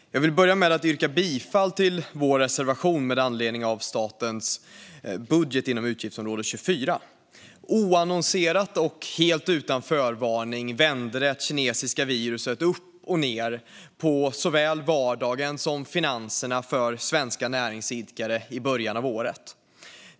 Fru talman! Jag vill börja med att yrka bifall till vår reservation med anledning av statens budget inom utgiftsområde 24. Oannonserat och helt utan förvarning vände det kinesiska viruset upp och ned på såväl vardagen som finanserna för svenska näringsidkare i början av året.